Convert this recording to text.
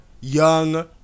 young